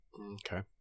Okay